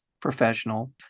professional